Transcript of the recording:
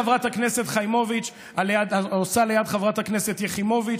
חברת הכנסת חיימוביץ' העושה ליד חברת יחימוביץ',